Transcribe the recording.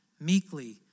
meekly